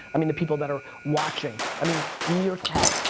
i mean the people that are watching, i mean meerkat,